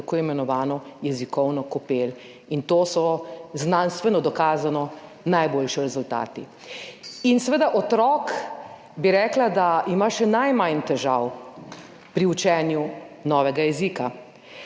tako imenovano jezikovno kopel. To so znanstveno dokazani rezultati. Seveda, otrok, bi rekla, da ima še najmanj težav pri učenju novega jezika.